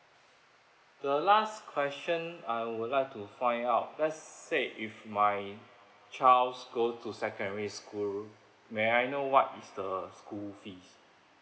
the last question I would like to find out let's say if my child go to secondary school may I know what is the school fees